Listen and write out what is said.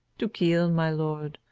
to kill, my lord,